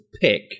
pick